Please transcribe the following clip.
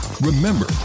remember